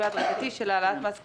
ההדרגתי של העלאת מס קנייה,